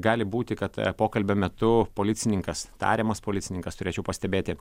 gali būti kad pokalbio metu policininkas tariamas policininkas turėčiau pastebėti